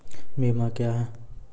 बीमा क्या हैं?